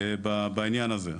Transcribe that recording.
בעניין הזה.